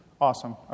Awesome